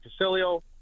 Casilio